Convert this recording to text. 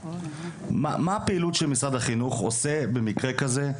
מה הפעילות שמשרד החינוך עושה במקרה כזה,